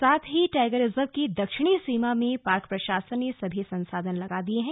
साथ ही tiger reserve की दक्षिणी सीमा में पार्क प्रशासन ने सभी संसाधन लगा दिए हैं